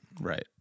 right